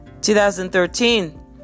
2013